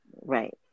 Right